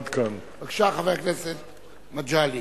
בבקשה, חבר הכנסת מגלי.